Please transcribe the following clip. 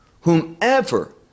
Whomever